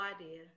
idea